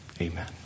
Amen